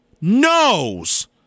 knows